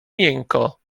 miękko